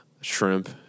shrimp